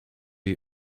jej